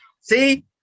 See